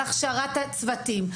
על הכשרת הצוותים,